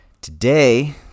Today